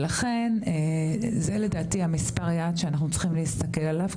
לכן לדעתי זה מספר היעד שאנחנו צריכים להסתכל עליו,